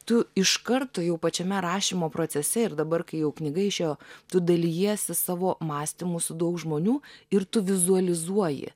tu iš karto jau pačiame rašymo procese ir dabar kai jau knyga išėjo tu dalijiesi savo mąstymu su daug žmonių ir tu vizualizuoji